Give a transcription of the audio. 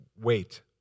wait